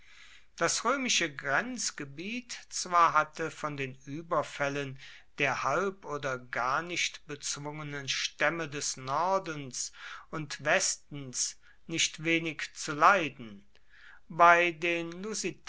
das römische grenzgebiet zwar hatte von den überfällen der halb oder gar nicht bezwungenen stämme des nordens und westens nicht wenig zu leiden bei den